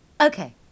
Okay